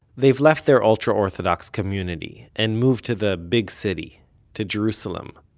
they've left their ultra-orthodox community and moved to the big city to jerusalem.